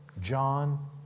John